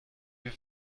wie